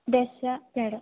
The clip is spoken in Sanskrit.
दश पेडा